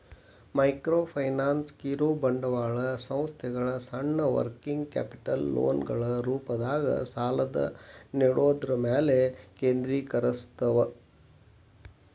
microfinance ಕಿರುಬಂಡವಾಳ ಸಂಸ್ಥೆಗಳ ಸಣ್ಣ ವರ್ಕಿಂಗ್ ಕ್ಯಾಪಿಟಲ್ ಲೋನ್ಗಳ ರೂಪದಾಗ ಸಾಲನ ನೇಡೋದ್ರ ಮ್ಯಾಲೆ ಕೇಂದ್ರೇಕರಸ್ತವ